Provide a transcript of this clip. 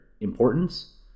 importance